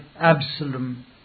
Absalom